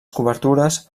cobertures